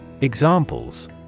Examples